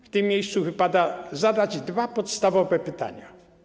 W tym miejscu wypada zadać dwa podstawowe pytania.